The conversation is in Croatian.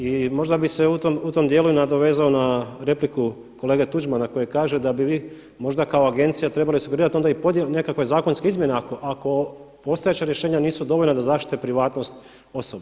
I možda bih se u tom dijelu i nadovezao na repliku kolege Tuđmana koji kaže da bi vi možda kao agencija trebali sugerirati onda i podjelu, nekakve zakonske izmjene ako postojeća rješenja nisu dovoljna da zaštite privatnost osoba.